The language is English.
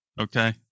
Okay